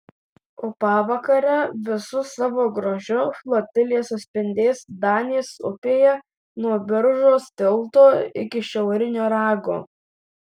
o pavakare visu savo grožiu flotilė suspindės danės upėje nuo biržos tilto iki šiaurinio rago